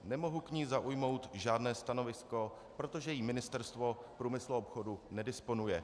Nemohu k ní zaujmout žádné stanovisko, protože jí Ministerstvo průmyslu a obchodu nedisponuje.